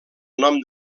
nom